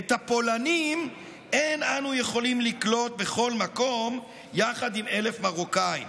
"את הפולנים אין אנו יכולים לקלוט בכל מקום יחד עם 1,000 מרוקאים".